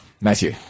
Matthew